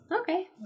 Okay